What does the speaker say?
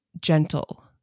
gentle